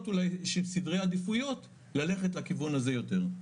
אולי סדרי עדיפויות ללכת לכיוון הזה יותר.